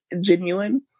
genuine